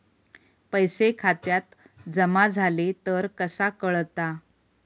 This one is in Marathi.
पैसे खात्यात जमा झाले तर कसा कळता?